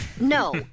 No